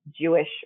Jewish